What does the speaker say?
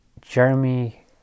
jeremy